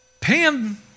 Pam